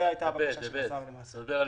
- סעיף (ב).